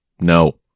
no